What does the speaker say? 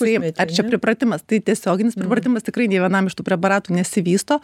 laimi ar čia pripratimas tai tiesioginis pripratimas tikrai nė vienam iš tų preparatų nesivysto